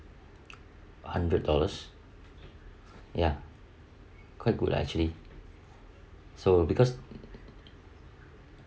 hundred dollars ya quite good actually so because